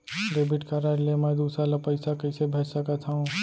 Debit card ले मैं दूसर ला पइसा कइसे भेज सकत हओं?